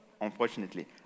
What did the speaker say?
unfortunately